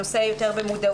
הנושא נמצא יותר במודעות,